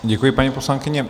Děkuji, paní poslankyně.